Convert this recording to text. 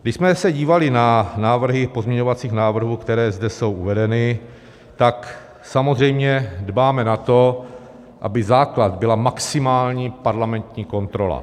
Když jsme se dívali na návrhy pozměňovacích návrhů, které zde jsou uvedeny, tak samozřejmě dbáme na to, aby základ byla maximální parlamentní kontrola.